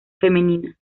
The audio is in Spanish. femenina